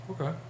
Okay